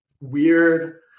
weird